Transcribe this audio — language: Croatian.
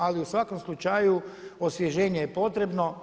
Ali u svakom slučaju osvježenje je potrebno.